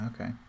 Okay